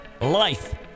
Life